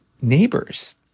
neighbors